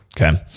Okay